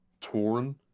torn